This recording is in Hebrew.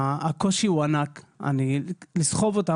הקושי הוא ענק, לסחוב אותם.